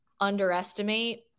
underestimate